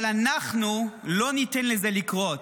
אבל אנחנו לא ניתן לזה לקרות,